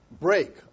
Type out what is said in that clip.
break